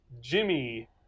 Jimmy